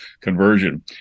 conversion